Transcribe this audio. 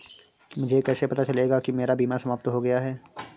मुझे कैसे पता चलेगा कि मेरा बीमा समाप्त हो गया है?